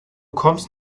kommst